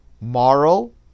moral